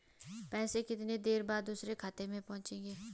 पैसे कितनी देर बाद दूसरे खाते में पहुंचेंगे?